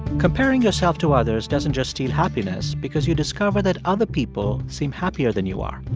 comparing yourself to others doesn't just steal happiness because you discover that other people seem happier than you are.